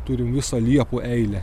turim visą liepų eilę